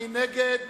מי נגד?